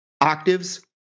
octaves